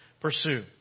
pursue